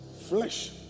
flesh